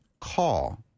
call